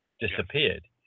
disappeared